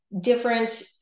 different